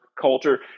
culture